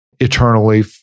eternally